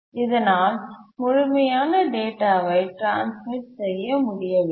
இதனால் முழுமையான டேட்டாவை ட்ரான்ஸ்மிட் செய்ய முடியவில்லை